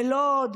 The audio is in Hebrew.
בלוד,